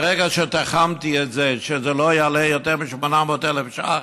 ברגע שתחמתי את זה שזה לא יעלה יותר מ-800,000 שקל,